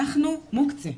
אנחנו מוקצה,